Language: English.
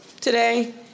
today